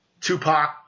Tupac